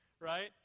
right